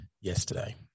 yesterday